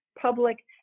public